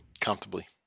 Comfortably